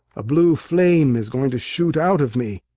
a blue flame is going to shoot out of me.